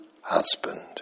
husband